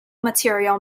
material